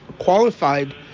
qualified